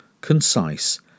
concise